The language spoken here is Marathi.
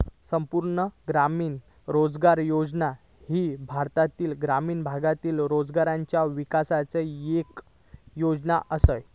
संपूर्ण ग्रामीण रोजगार योजना ही भारतातल्या ग्रामीण भागातल्या रोजगाराच्या विकासाची येक योजना आसा